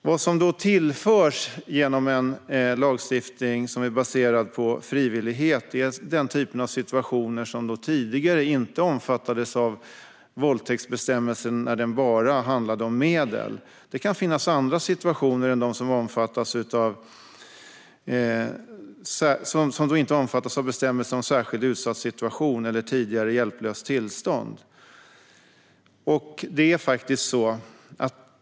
Vad som tillförs genom en lagstiftning som är baserad på frivillighet är den typ av situationer som tidigare inte omfattades av våldtäktsbestämmelsen, när den bara handlade om medel. Det kan också finnas andra situationer som inte omfattas av bestämmelser om särskilt utsatt situation eller tidigare hjälplöst tillstånd.